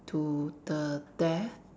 to the death